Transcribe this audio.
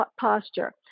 posture